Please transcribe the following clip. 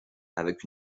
avec